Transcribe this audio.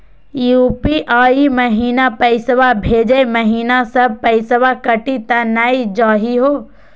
UPI महिना पैसवा भेजै महिना सब पैसवा कटी त नै जाही हो?